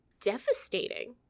devastating